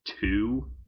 two